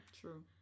True